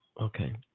Okay